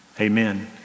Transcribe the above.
amen